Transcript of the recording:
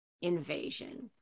invasion